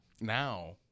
Now